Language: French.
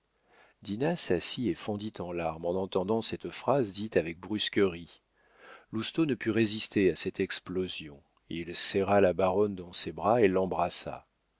dinah s'assit et fondit en larmes en entendant cette phrase dite avec brusquerie lousteau ne put résister à cette explosion il serra la baronne dans ses bras et l'embrassa